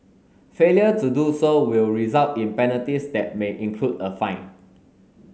failure to do so will result in penalties that may include a fine